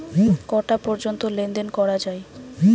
কটা পর্যন্ত লেন দেন করা য়ায়?